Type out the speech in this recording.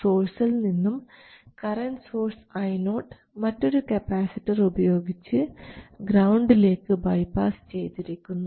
സോഴ്സിൽ നിന്നും current source IO മറ്റൊരു കപ്പാസിറ്റർ ഉപയോഗിച്ച് ഗ്രൌണ്ടിലേക്ക് ബൈപ്പാസ് ചെയ്തിരിക്കുന്നു